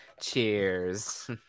cheers